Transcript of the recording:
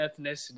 ethnicity